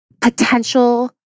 potential